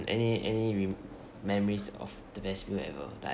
any any re~ memories of the best meal ever that I